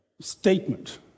statement